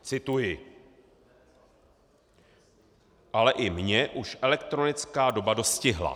Cituji: Ale i mě už elektronická doba dostihla...